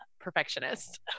perfectionist